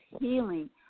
healing